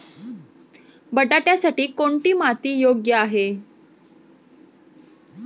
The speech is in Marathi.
बटाट्यासाठी कोणती माती योग्य आहे?